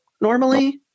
normally